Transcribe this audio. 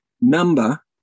number